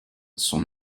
sont